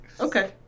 Okay